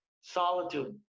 solitude